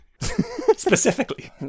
specifically